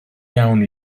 iawn